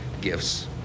gifts